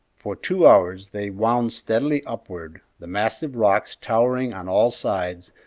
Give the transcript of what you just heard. for two hours they wound steadily upward, the massive rocks towering on all sides,